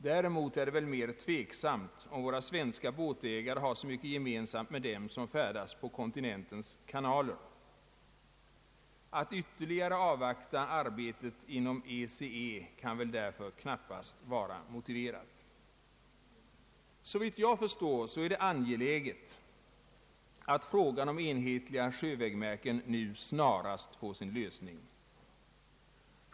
Däremot är det väl mera tveksamt om våra svenska båtägare har så mycket gemensamt med dem som färdas på kontinentens kanaler. Att ytterligare avvakta arbetet inom ECE kan väl därför knappast vara motiverat. Såvitt jag förstår är det angeläget att frågan om enhetliga sjövägmärken nu snarast får sin lösning.